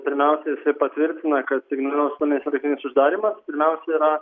pirmiausia jisai patvirtina kad ignalinos atominės elektrinės uždarymas pirmiausia yra